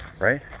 Right